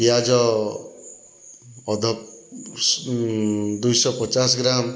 ପିଆଜ ଅଧ ଦୁଇଶହପଚାଶ ଗ୍ରାମ୍